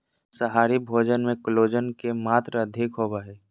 माँसाहारी भोजन मे कोलेजन के मात्र अधिक होवो हय